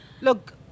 look